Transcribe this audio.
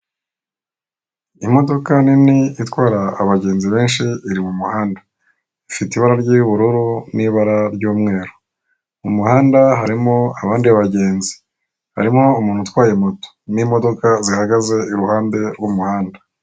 Imodoka nini itwara abagenzi benshi iri mu muhanda, ifite ibara ry'ubururu n'ibara ry'umweru, mu muhanda harimo abandi bagenzi, harimo umuntu utwaye moto, n'imodoka zihagaze iruhande rw'umuhanda.